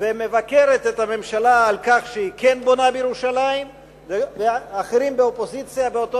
ומבקרת את הממשלה על כך שהיא כן בונה בירושלים ואחרים באופוזיציה באותו